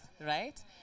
right